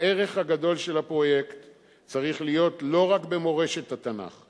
"הערך הגדול של הפרויקט צריך להיות לא רק במורשת התנ"ך,